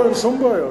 אין שום בעיה,